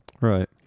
Right